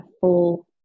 full